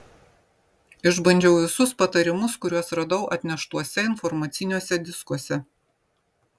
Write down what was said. išbandžiau visus patarimus kuriuos radau atneštuose informaciniuose diskuose